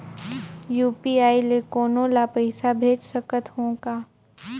UPI ले कोनो ला पइसा भेज सकत हों का?